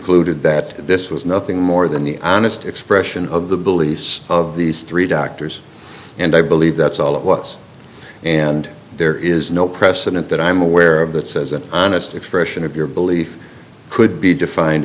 d that this was nothing more than the honest expression of the beliefs of these three doctors and i believe that's all it was and there is no precedent that i'm aware of that says an honest expression of your belief could be defined